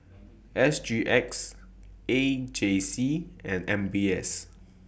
S G X A J C and M B S